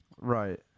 right